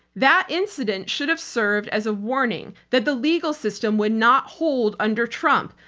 that incident should have served as a warning that the legal system would not hold under trump.